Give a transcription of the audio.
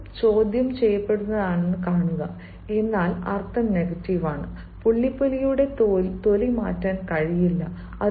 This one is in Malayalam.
വാക്യം ചോദ്യം ചെയ്യപ്പെടുന്നതാണെന്ന് കാണുക എന്നാൽ അർത്ഥം നെഗറ്റീവ് ആണ് പുള്ളിപ്പുലിയുടെ തൊലി മാറ്റാൻ കഴിയില്ല